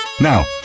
Now